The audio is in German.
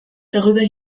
darüber